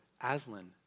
Aslan